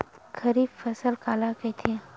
खरीफ फसल काला कहिथे?